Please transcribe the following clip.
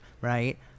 Right